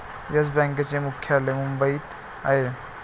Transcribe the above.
yes बँकेचे मुख्यालय मुंबईत आहे